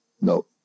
No